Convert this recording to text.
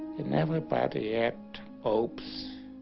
in everybody act hopes